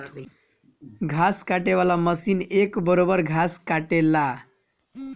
घास काटे वाला मशीन एक बरोब्बर घास काटेला